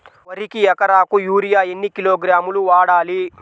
వరికి ఎకరాకు యూరియా ఎన్ని కిలోగ్రాములు వాడాలి?